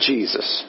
Jesus